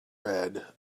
red